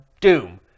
Doom